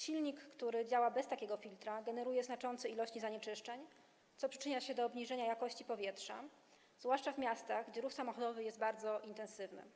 Silnik, który działa bez takiego filtra, generuje znaczące ilości zanieczyszczeń, co przyczynia się do obniżenia jakości powietrza, zwłaszcza w miastach, gdzie ruch samochodowy jest bardzo intensywny.